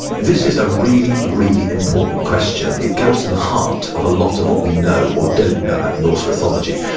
this is a really, really important question. it goes to the heart of a lot of what we know or don't know about norse mythology.